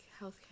healthcare